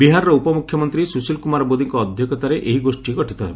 ବିହାରର ଉପ ମୁଖ୍ୟମନ୍ତ୍ରୀ ସୁଶୀଲ କୁମାର ମୋଦୀଙ୍କ ଅଧ୍ୟକ୍ଷତାରେ ଏହି ଗୋଷ୍ଠୀ ଗଠିତ ହେବ